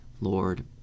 Lord